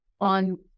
on